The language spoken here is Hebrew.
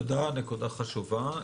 תודה, הנקודה חשובה.